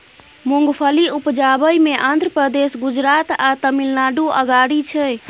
मूंगफली उपजाबइ मे आंध्र प्रदेश, गुजरात आ तमिलनाडु अगारी छै